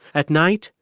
at night,